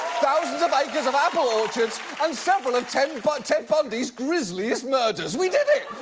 thousands of acres of apple orchards, and several of ted and but ted bundy's grizzliest murders. we did it!